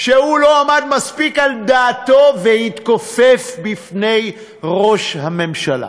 שהוא לא עמד מספיק על דעתו והתכופף בפני ראש הממשלה.